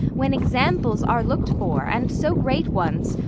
when examples are look'd for, and so great ones,